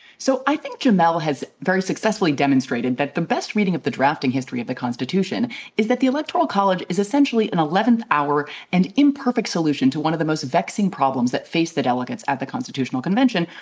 so i think jamelle has very successfully demonstrated that the best reading of the drafting history of the constitution is that the electoral college is essentially an eleventh hour and imperfect solution to one of the most vexing problems that face the delegates at the constitutional convention,